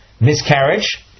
miscarriage